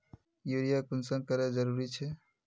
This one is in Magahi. यूरिया कुंसम करे जरूरी छै?